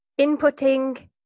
Inputting